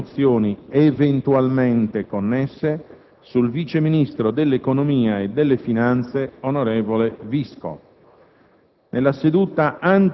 e le altre mozioni eventualmente connesse sul vice ministro dell'economia e delle finanze, onorevole Visco.